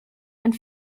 and